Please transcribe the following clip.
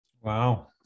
Wow